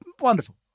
wonderful